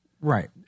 Right